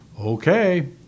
Okay